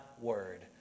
word